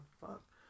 fuck